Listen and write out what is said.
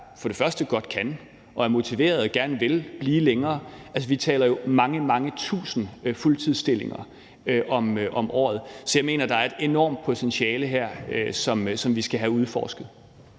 folk, der godt kan og er motiverede og gerne vil blive længere. Altså, vi taler mange, mange tusind fuldtidsstillinger om året. Så jeg mener, der er et enormt potentiale her, som vi skal have udforsket.